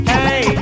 Hey